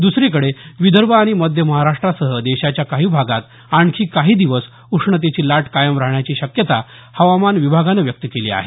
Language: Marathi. दुसरीकडे विदर्भ आणि मध्य महाराष्ट्रासह देशाच्या काही भागात आणखी काही दिवस उष्णतेची लाट कायम राहण्याची शक्यता हवामान विभागानं व्यक्त केली आहे